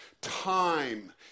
time